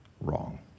wrong